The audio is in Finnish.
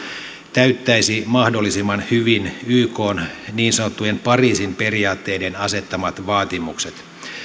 täyttäisi mahdollisimman hyvin ykn niin sanottujen pariisin periaatteiden asettamat vaatimukset